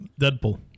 Deadpool